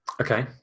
Okay